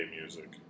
music